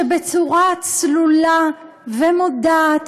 שבצורה צלולה ומודעת,